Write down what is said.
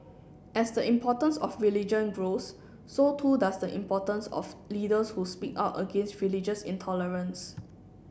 as the importance of religion grows so too does the importance of leaders who speak out against religious intolerance